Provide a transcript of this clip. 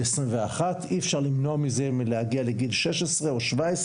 21. אי אפשר למנוע מזה להגיע לגיל 16 או 17,